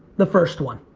the first one.